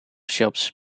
shops